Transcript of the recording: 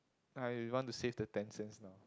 I want to save the ten cents now